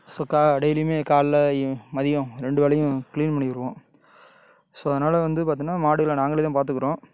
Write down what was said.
so கா டெய்லியுமே கால்லையும் மதியம் ரெண்டு வேளையும் க்ளீன் பண்ணிருவோம் ஸோ அதனால வந்து பார்த்திங்கன்னா மாடுகளை நாங்களே தான் பார்த்துக்குறோம்